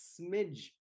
smidge